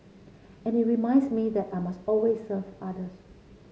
and it reminds me that I must always serve others